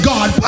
God